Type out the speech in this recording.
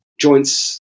joints